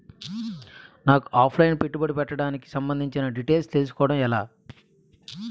నాకు offline పెట్టుబడి పెట్టడానికి సంబందించిన డీటైల్స్ తెలుసుకోవడం ఎలా?